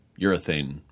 urethane